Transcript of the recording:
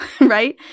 right